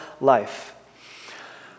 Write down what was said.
life